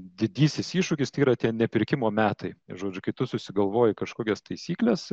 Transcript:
didysis iššūkis tai yra tie nepirkimo metai žodžiu kai tu susigalvoji kažkokias taisykles